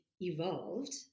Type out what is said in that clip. evolved